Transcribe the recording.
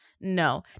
no